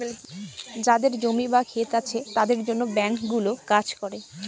যাদের জমি বা ক্ষেত আছে তাদের জন্য ব্যাঙ্কগুলো কাজ করে